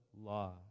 law